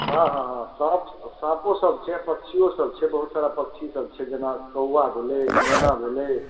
हाँ हाँ हाँ साँप साँपो सभ छै पक्षियो सभ छै बहुत सारा पक्षी सभ छै जेना कौआ भेलै मैना भेलै